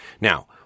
Now